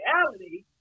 reality